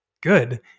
good